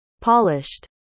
Polished